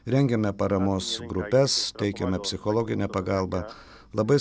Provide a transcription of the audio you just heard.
rengiame paramos grupes teikiame psichologinę pagalbą labai